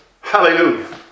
Hallelujah